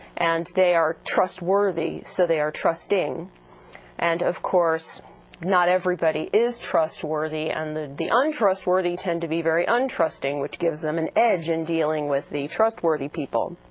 and they are trustworthy so they are trusting and of course not everybody is trustworthy and the the untrustworthy tend to be very untrusting which gives them an edge in dealing with the trustworthy people.